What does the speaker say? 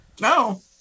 No